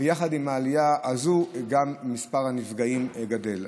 במספרים, ויחד איתה גם מספר הנפגעים יגדל.